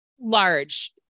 large